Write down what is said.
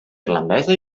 irlandesa